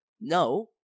No